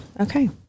Okay